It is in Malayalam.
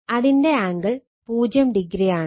അതിന്റെ ആംഗിൾ 0o ആണ്